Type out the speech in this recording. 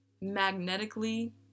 magnetically